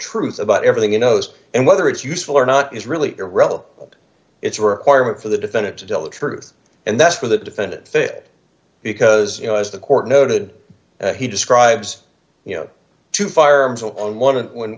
truth about everything it knows and whether it's useful or not is really irrelevant it's a requirement for the defendant to develop truth and that's where the defendant fit because you know as the court noted he describes you know two firearms on one